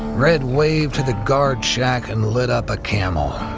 red waved to the guard shack and lit up a camel